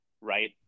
right